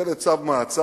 מקבלת צו מעצר.